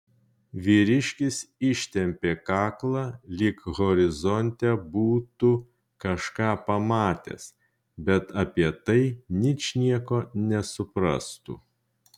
vyriškis ištempė kaklą lyg horizonte būtų kažką pamatęs bet apie tai ničnieko nesuprastų